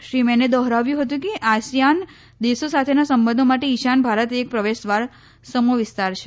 શ્રી મેને દોહરાવ્યું હતું કે આસિયાન દેશો સાથેના સંબંધો માટે ઈશાન ભારત એક પ્રવેશદ્વાર સમો વિસ્તાર છે